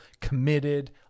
committed